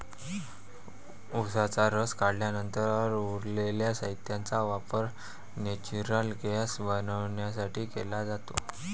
उसाचा रस काढल्यानंतर उरलेल्या साहित्याचा वापर नेचुरल गैस बनवण्यासाठी केला जातो